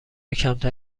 کمتر